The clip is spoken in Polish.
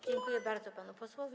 Dziękuję bardzo panu posłowi.